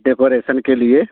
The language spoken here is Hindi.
डेकोरेसन के लिए